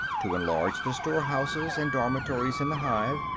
to enlarge the store-houses and dormitories in the hive,